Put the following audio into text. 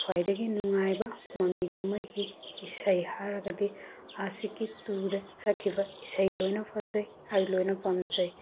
ꯈ꯭ꯋꯥꯏꯗꯒꯤ ꯅꯨꯡꯉꯥꯏꯕ ꯃꯃꯤ ꯀꯨꯝꯃꯩꯒꯤ ꯏꯁꯩ ꯍꯥꯏꯔꯒꯗꯤ ꯑꯁꯤꯀꯤ ꯇꯨꯗ ꯁꯛꯈꯤꯕ ꯏꯁꯩ ꯂꯣꯏꯅ ꯐꯥꯖꯩ ꯑꯩ ꯂꯣꯏꯅ ꯄꯥꯝꯖꯩ